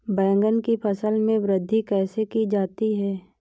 बैंगन की फसल में वृद्धि कैसे की जाती है?